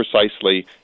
precisely